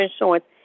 insurance